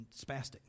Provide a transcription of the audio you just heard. spastic